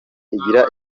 igira